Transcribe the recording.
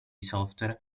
software